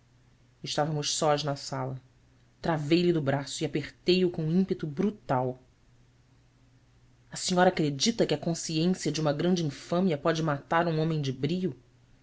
estávamos sós na sala travei lhe do braço e apertei o com ímpeto brutal senhora acredita que a consciência de uma grande infâmia pode matar um homem de brio